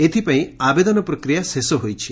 ଏଥିପାଇଁ ଆବେଦନ ପ୍ରକ୍ରିୟା ଶେଷ ହୋଇଛି